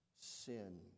sin